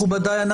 מכובדיי,